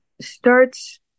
starts